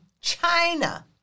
China